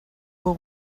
but